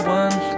one